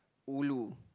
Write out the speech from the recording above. ulu